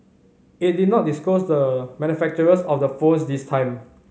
it did not disclose the manufacturers of the phones this time